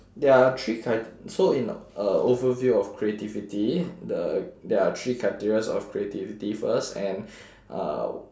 there are three cri~ so in uh overview of creativity the there are three criterias of creativity first and uh